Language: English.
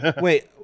Wait